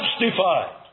justified